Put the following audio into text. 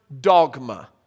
dogma